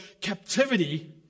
captivity